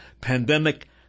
Pandemic